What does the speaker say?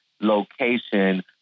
location